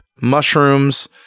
mushrooms